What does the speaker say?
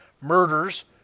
murders